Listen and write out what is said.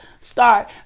start